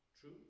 True